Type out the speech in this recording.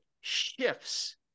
shifts